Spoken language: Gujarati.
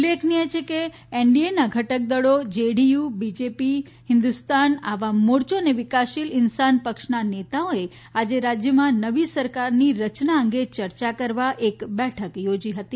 ઉલ્લેખનીય છે કે એનડીએના ઘટક દળો જેડીયુ બીજેપી હિન્દુસ્તાન આવામ મોર્યો અને વિકાસશીલ ઇન્સાન પક્ષના નેતાઓએ આજે રાજ્યમાં નવી સરકારની રચના અંગે ચર્ચા કરવા એક બેઠક યોજી હતી